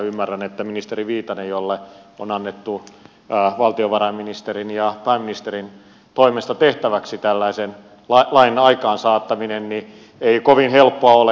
ymmärrän että ministeri viitasella jolle on annettu valtiovarainministerin ja pääministerin toimesta tehtäväksi tällaisen lain aikaan saattaminen ei kovin helppoa ole